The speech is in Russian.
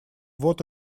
вот